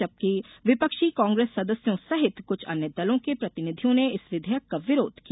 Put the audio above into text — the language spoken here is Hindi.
जबकि विपक्षी कांग्रेस सदस्यों सहित कुछ अन्य दलों के प्रतिनिधियों ने इस विधेयक का विरोध किया